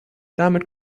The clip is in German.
damit